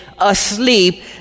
asleep